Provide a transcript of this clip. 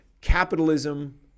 capitalism